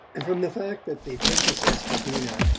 from the fact that the princess estradina,